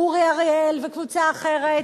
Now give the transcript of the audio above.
אורי אריאל וקבוצה אחרת,